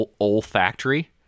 olfactory